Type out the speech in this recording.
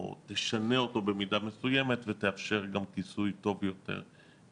במידה מסוימת ותאפשר גם כיסוי טוב יותר.